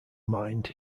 mind